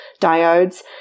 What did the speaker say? diodes